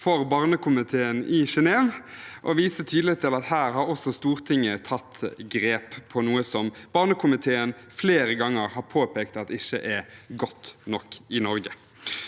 for Barnekomiteen i Genève og vise tydelig til at her har også Stortinget tatt grep om noe som Barnekomiteen flere ganger har påpekt at ikke er godt nok i Norge.